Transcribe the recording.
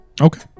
Okay